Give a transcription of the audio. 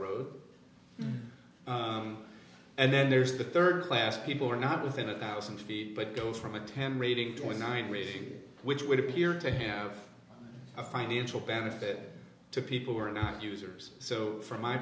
road and then there's the third class people are not within a thousand feet but goes from a ten rating point nine review which would appear to have a financial benefit to people who are not users so from my